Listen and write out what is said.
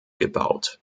gebaut